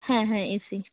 হ্যাঁ হ্যাঁ এসি